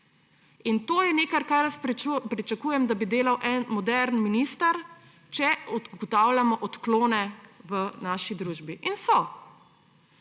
To je nekaj, kar jaz pričakujem, da bi delal en moderni minister, če ugotavljamo odklone v naši družbi. In so.